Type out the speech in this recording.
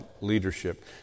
leadership